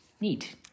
Neat